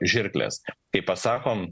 žirkles kai pasakom